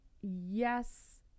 Yes